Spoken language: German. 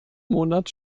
monat